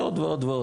ועוד ועוד.